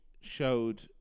showed